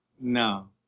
No